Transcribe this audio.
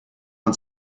man